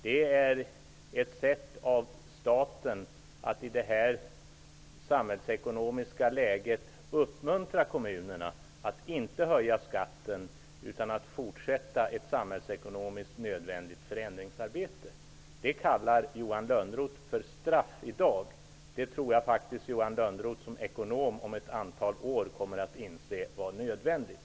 Det är ett sätt för staten att i detta samhällsekonomiska läge uppmuntra kommunerna att inte höja skatten utan fortsätta ett samhällsekonomiskt nödvändigt förändringsarbete. Det kallar Johan Lönnroth i dag för straff. Jag tror faktiskt att Johan Lönnroth, som ekonom, om ett antal år kommer att inse att det var nödvändigt.